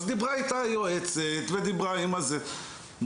אז דיברה איתה יועצת ומה זה עשה?